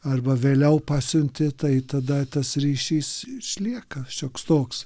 arba vėliau pasiunti tai tada tas ryšys išlieka šioks toks